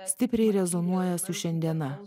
stipriai rezonuoja su šiandiena